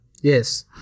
Yes